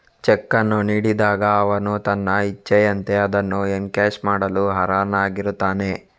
check ಅನ್ನು ನೀಡಿದಾಗ ಅವನು ತನ್ನ ಇಚ್ಛೆಯಂತೆ ಅದನ್ನು ಎನ್ಕ್ಯಾಶ್ ಮಾಡಲು ಅರ್ಹನಾಗಿರುತ್ತಾನೆ